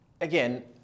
Again